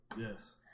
Yes